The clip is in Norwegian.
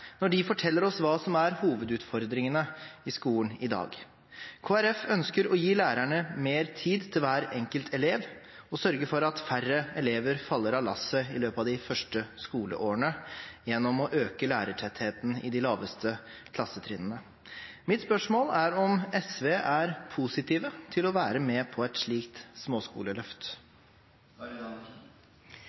når de forteller oss hva som er hovedutfordringene i skolen i dag. Kristelig Folkeparti ønsker å gi lærerne mer tid til hver enkelt elev og sørge for at færre elever faller av lasset i løpet av de første skoleårene gjennom å øke lærertettheten i de laveste klassetrinnene. Mitt spørsmål er om SV er positive til å være med på et slikt småskoleløft.